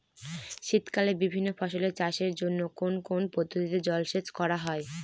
শীতকালে বিভিন্ন ফসলের চাষের জন্য কোন কোন পদ্ধতিতে জলসেচ করা হয়?